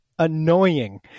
Annoying